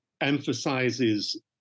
emphasizes